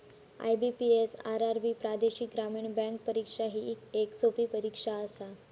IBPS, RRB प्रादेशिक ग्रामीण bank परीक्षा ही येक सोपी परीक्षा आसा